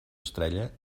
estrella